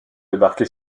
débarqué